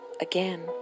again